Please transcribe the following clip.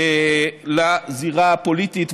לזירה הפוליטית,